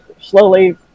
slowly